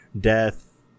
death